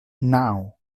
naŭ